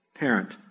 Parent